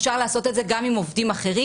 אפשר לעשות את זה גם עם עובדים אחרים.